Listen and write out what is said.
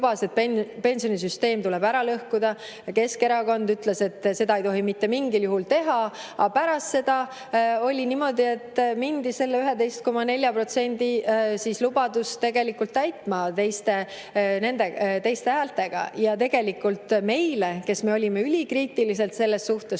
et pensionisüsteem tuleb ära lõhkuda, ja Keskerakond ütles, et seda ei tohi mitte mingil juhul teha, aga pärast seda oli niimoodi, et mindi selle 11,4% lubadust täitma teiste häältega. Tegelikult meile, kes me olime ülikriitilised selles suhtes